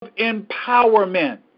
empowerment